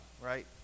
right